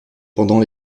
pendant